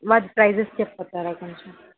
వాటి ప్రైసెస్ చెప్పుతారా కొంచెం